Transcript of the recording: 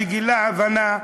שגילה הבנה,